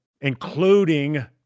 including